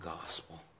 gospel